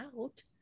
out